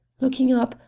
looking up,